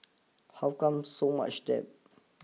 how come so much debt